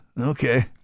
Okay